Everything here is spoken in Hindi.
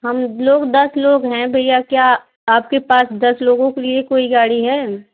हम लोग दस लोग हैं भैया क्या आपके पास दस लोगों के लिए कोई गाड़ी है